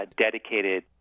dedicated